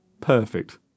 perfect